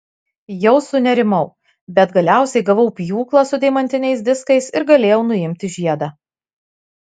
jau sunerimau bet galiausiai gavau pjūklą su deimantiniais diskais ir galėjau nuimti žiedą